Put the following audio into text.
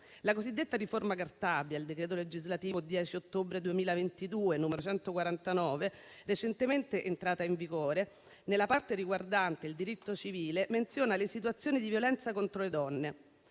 La cosiddetta riforma Cartabia, il decreto legislativo 10 ottobre 2022, n. 149, recentemente entrata in vigore, nella parte riguardante il diritto civile menziona le situazioni di violenza contro le donne.